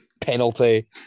penalty